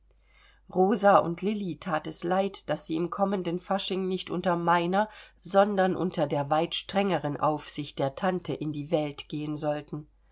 rosa und lilli that es leid daß sie im kommenden fasching nicht unter meiner sondern unter der weit strengeren aussicht der tante in die welt gehen sollten